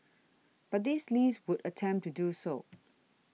but this list would attempt to do so